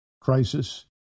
crisis